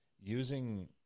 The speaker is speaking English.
using